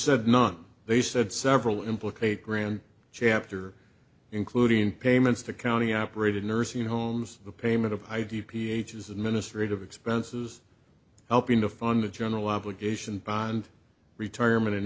said none they said several implicate grand chapter including payments to county operated nursing homes the payment of i d p ages administrative expenses helping to fund the general obligation bind retirement